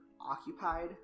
occupied